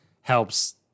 helps